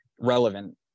relevant